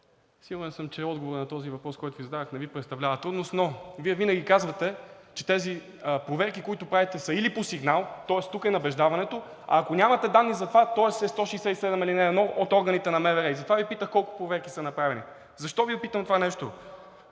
Сигурен съм, че отговорът на този въпрос, който Ви зададох, не Ви представлява трудност, но Вие винаги казвате, че тези проверки, които правите, са или по сигнал, тоест тука е набеждаването, а ако нямате данни за това, тоест чл. 167, ал. 1 от органите на МВР и затова Ви питах колко проверки са направени. Защо Ви питам това нещо?